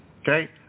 Okay